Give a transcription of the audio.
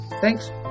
thanks